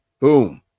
boom